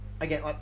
again